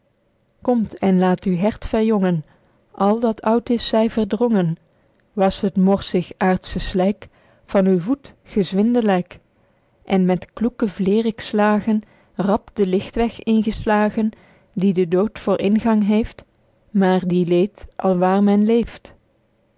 komt en laet uw hert verjongen al dat oud is zy verdrongen wasch het morzig aerdsche slyk van uw voet gezwindelyk en met kloeke vlerikslagen rap den lichtweg ingeslagen die de dood voor ingang heeft maer die leedt alwaer men leeft